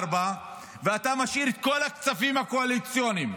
ואתה משאיר את כל הכספים הקואליציוניים